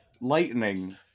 Lightning